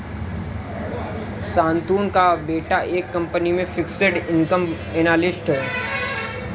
शांतनु का बेटा एक कंपनी में फिक्स्ड इनकम एनालिस्ट है